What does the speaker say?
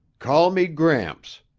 call me gramps,